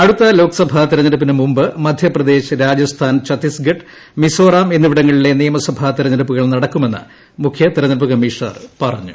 അടുത്ത ലോക്സഭാ തെരഞ്ഞെടുപ്പിന് മുമ്പ് മധ്യപ്രദേശ് രാജസ്ഥാൻ നിയമസഭാ ഛത്തീസ്ഗഡ് മിസ്സോറാം എന്നിവിടങ്ങളിലെ തെരഞ്ഞെടുപ്പുകൾ നടക്കുമെന്ന് മുഖ്യതെരഞ്ഞെടുപ്പ് കമ്മീഷണർ പറഞ്ഞു